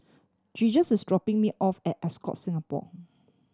Jesus is dropping me off at Ascott Singapore